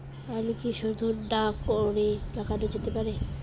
আলু কি শোধন না করে লাগানো যেতে পারে?